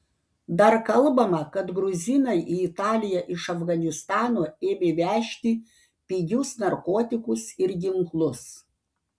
dar kalbama kad gruzinai į italiją iš afganistano ėmė vežti pigius narkotikus ir ginklus